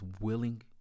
willing